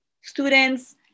students